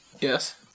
Yes